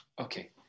Okay